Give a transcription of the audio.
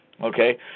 Okay